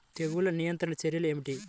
తెగులు నియంత్రణ చర్యలు ఏమిటి?